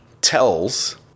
tells